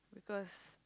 because